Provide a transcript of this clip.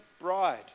bride